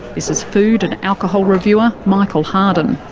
this is food and alcohol reviewer, michael harden.